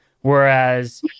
Whereas